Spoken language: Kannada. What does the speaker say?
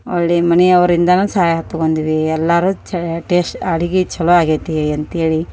ಒಳ್ಳಿಯ ಮನೆಯವ್ರ ಇಂದನು ಸಹಾಯ ತಗೊಂದ್ವಿ ಎಲ್ಲರೂ ಚೇ ಟೇಸ್ಟ್ ಅಡಿಗಿ ಚಲೋ ಆಗ್ಯೈತಿ ಅಂತೇಳಿ